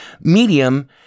medium